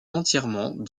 entièrement